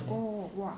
oh !wah!